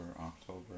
October